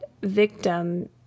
victim